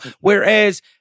Whereas